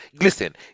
listen